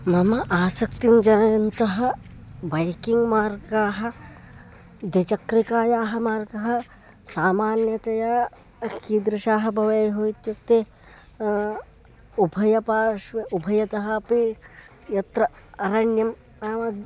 मम आसक्तिं जनयन्तः बैकिङ्ग् मार्गाः द्विचक्रिकायाः मार्गाः सामान्यतया कीदृशाः भवेयुः इत्युक्ते उभयपार्श्वे उभयतः अपि यत्र अरण्यं नाम